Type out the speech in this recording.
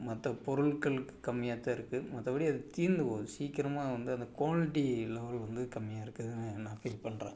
மற்ற பொருட்களுக்கு கம்மியாகதான் இருக்கு மற்றபடி அது தீர்ந்து போது சீக்கிரமாக வந்து அந்த குவாலிட்டி லெவல் வந்து கம்மியாக இருக்குதுன்னு நான் ஃபீல் பண்ணுறேன்